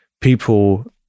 people